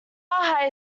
hire